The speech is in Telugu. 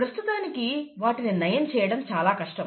ప్రస్తుతానికి వాటిని నయం చేయడం చాలా కష్టం